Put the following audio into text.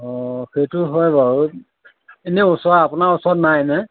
অঁ সেইটো হয় বাৰু এনেই ওচৰৰ আপোনাৰ ওচৰত নাই নে